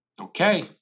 Okay